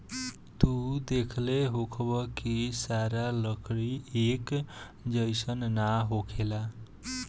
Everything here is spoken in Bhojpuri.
तू देखले होखबऽ की सारा लकड़ी एक जइसन ना होखेला